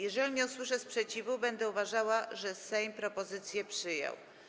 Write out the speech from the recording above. Jeżeli nie usłyszę sprzeciwu, będę uważała, że Sejm propozycję przyjął.